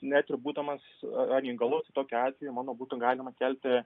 net ir būdamas ar neįgalus tokiu atveju manau būtų galima kelti